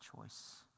choice